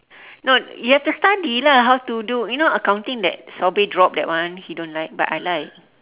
no you have to study lah how to do you know accounting that sobri drop that one he don't like but I like